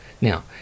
Now